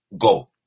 Go